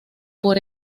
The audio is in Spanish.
por